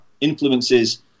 influences